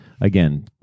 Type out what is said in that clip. again